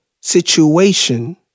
situation